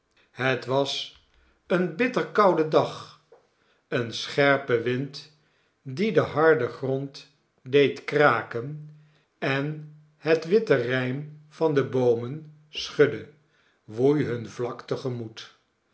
het was een bitter koude dag een scherpe wind die den harden grond deed kraken en het witte rijm van de boomen schudde woei hun vlak